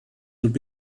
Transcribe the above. would